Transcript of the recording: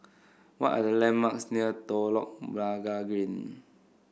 what are the landmarks near Telok Blangah Green